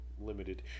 limited